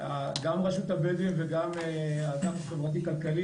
גם רשות הבדואים וגם האגף החברתי כלכלי